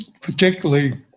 particularly